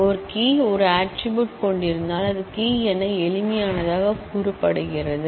ஒரு கீ ஒரு ஆட்ரிபூட் கொண்டிருந்தால் அது கீ என எளிமையானதாகக் கூறப்படுகிறது